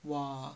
!wah!